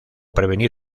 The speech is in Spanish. prevenir